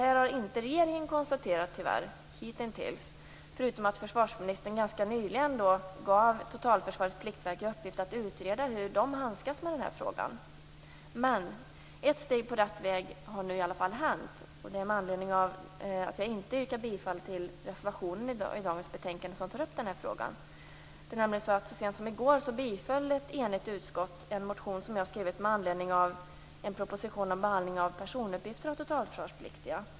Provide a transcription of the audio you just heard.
Det har regeringen hittills tyvärr inte konstaterat. Försvarsministern gav dock ganska nyligen Totalförsvarets pliktverk i uppgift att utreda hur man handskas med den här frågan. Men ett steg på rätt väg har nu i alla fall tagits. Det är anledningen till att jag inte yrkar bifall till den reservation i dagens betänkande som tar upp den här frågan. Så sent som i går biföll nämligen ett enigt utskott en motion som jag har skrivit med anledning av en proposition om behandling av personuppgifter om de totalförsvarspliktiga.